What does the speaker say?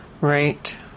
Right